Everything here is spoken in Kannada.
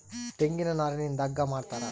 ತೆಂಗಿನ ನಾರಿಂದ ಹಗ್ಗ ಮಾಡ್ತಾರ